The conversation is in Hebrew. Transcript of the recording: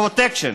הפרוטקשן.